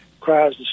cries